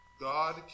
God